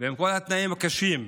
ועם כל התנאים הקשים,